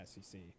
SEC